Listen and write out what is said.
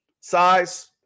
size